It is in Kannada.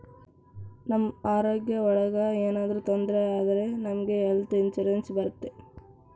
ನಮ್ ಆರೋಗ್ಯ ಒಳಗ ಏನಾದ್ರೂ ತೊಂದ್ರೆ ಆದ್ರೆ ನಮ್ಗೆ ಹೆಲ್ತ್ ಇನ್ಸೂರೆನ್ಸ್ ಬರುತ್ತೆ